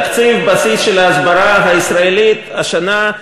תקציב הבסיס של ההסברה הישראלית השנה,